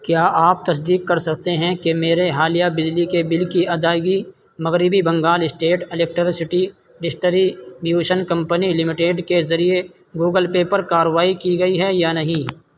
کیا آپ تصدیق کر سکتے ہیں کہ میرے حالیہ بجلی کے بل کی ادائیگی مغربی Bengal state electricity distribution company limited کے ذریعے گوگل پے پر کارروائی کی گئی ہے یا نہیں